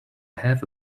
have